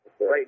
right